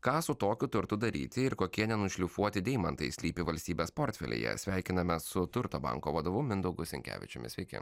ką su tokiu turtu daryti ir kokie nenušlifuoti deimantai slypi valstybės portfelyje sveikinamės su turto banko vadovu mindaugu sinkevičiumi sveiki